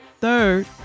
Third